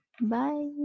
Bye